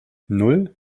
nan